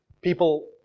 people